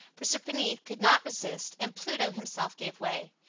proserpine could not resist, and pluto himself gave way.